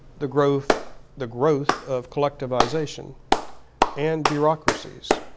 the growth the growth of collectivization and bureaucracies,